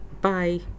Bye